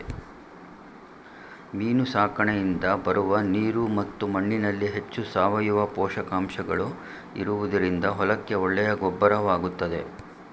ಮೀನು ಸಾಕಣೆಯಿಂದ ಬರುವ ನೀರು ಮತ್ತು ಮಣ್ಣಿನಲ್ಲಿ ಹೆಚ್ಚು ಸಾವಯವ ಪೋಷಕಾಂಶಗಳು ಇರುವುದರಿಂದ ಹೊಲಕ್ಕೆ ಒಳ್ಳೆಯ ಗೊಬ್ಬರವಾಗುತ್ತದೆ